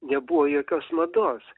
nebuvo jokios mados